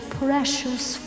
precious